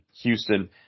Houston